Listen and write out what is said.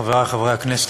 חברי חברי הכנסת,